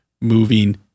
moving